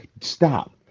stop